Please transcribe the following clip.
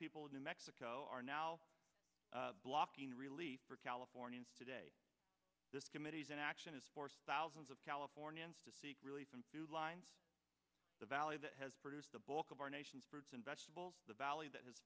people of new mexico are now blocking relief for californians today this committee's inaction is forced thousands of californians to seek relief and to line the valley that has produced the bulk of our nation's fruits and vegetables the valley that is